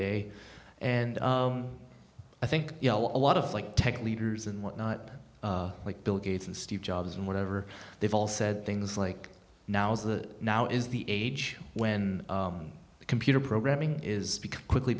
day and i think you know a lot of like tech leaders and whatnot like bill gates and steve jobs and whatever they've all said things like now's the now is the age when computer programming is quickly